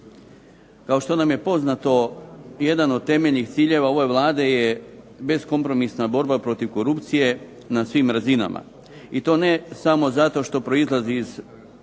Kao što nam je poznato, jedan od temeljnih ciljeva ove Vlade je beskompromisna borba protiv korupcije na svim razinama i to ne samo zato što proizlazi iz